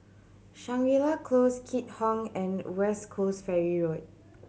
Shangri La Close Keat Hong and West Coast Ferry Road